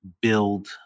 build